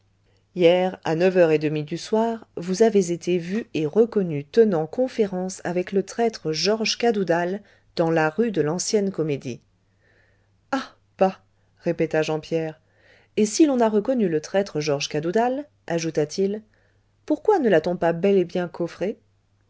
hier à neuf heures et demie du soir vous ayez été vu et reconnu tenant conférence avec le traître georges cadoudal dans la rue de lancienne comédie ah bah répéta jean pierre et si l'on a reconnu le traître georges cadoudal ajoutât il pourquoi ne l'a-t-on pas bel et bien coffré